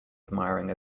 admiring